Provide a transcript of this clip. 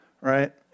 right